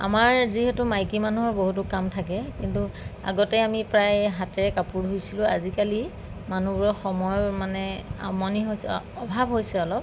আমাৰ যিহেতু মাইকী মানুহৰ বহুতো কাম থাকে কিন্তু আগতে আমি প্ৰায় হাতেৰে কাপোৰ ধুইছিলোঁ আজিকালি মানুহবোৰৰ সময়ৰ মানে আমনি হৈছে অভাৱ হৈছে অলপ